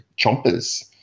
Chompers